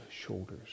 shoulders